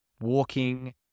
walking